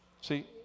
See